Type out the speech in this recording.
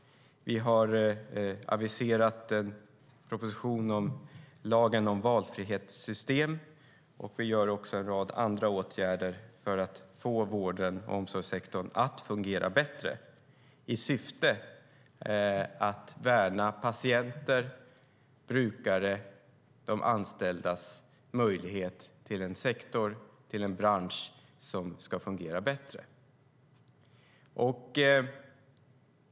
Vi har aviserat en proposition om lagen om valfrihetssystem, och vi gör en rad andra åtgärder för att få vård och omsorgssektorn att fungera bättre i syfte att värna patienters, brukares och anställdas möjlighet till en sektor, en bransch, som fungerar bättre.